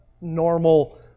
normal